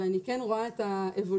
ואני כן רואה אבולוציה,